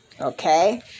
okay